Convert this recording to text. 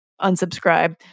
unsubscribe